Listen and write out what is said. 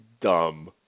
dumb